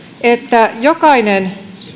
että jokainen